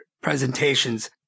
presentations